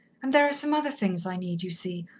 and there are some other things i need you see,